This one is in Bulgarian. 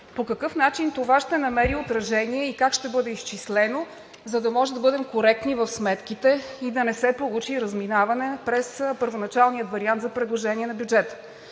По какъв начин това ще намери отражение и как ще бъде изчислено, за да можем да бъдем коректни в сметките и да не се получи разминаване през първоначалния вариант за предложение на бюджета?